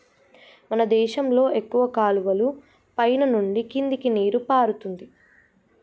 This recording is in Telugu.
మన దేశంలో ఎక్కువ కాలువలు పైన నుండి కిందకి నీరు పారుతుంది